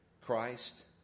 Christ